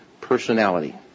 personality